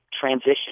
transition